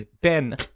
Ben